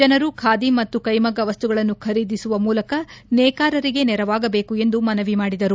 ಜನರು ಖಾದಿ ಮತ್ತು ಕೈಮಗ್ಗ ವಸ್ತುಗಳನ್ನು ಖರೀದಿಸುವ ಮೂಲಕ ನೇಕಾರರಿಗೆ ನೆರವಾಗಬೇಕು ಎಂದು ಮನವಿ ಮಾಡಿದರು